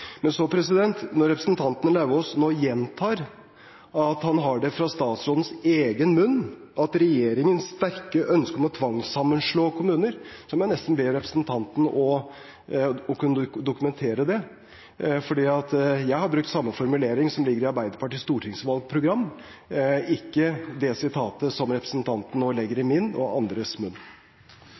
Men når representanten Lauvås nå gjentar dette med regjeringens sterke ønske om å tvangssammenslå kommuner og sier at han har det fra statsrådens egen munn, må jeg nesten be representanten om å dokumentere det. Jeg har brukt samme formulering som ligger i Arbeiderpartiets stortingsvalgprogram, ikke den formuleringen som representanten nå legger i min og andres munn.